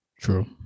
True